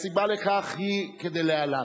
הסיבה לכך היא כדלהלן: